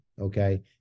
Okay